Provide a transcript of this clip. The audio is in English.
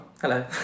hello